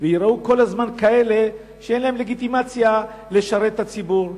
וייראו כל הזמן כאלה שאין להם לגיטימציה לשרת את הציבור.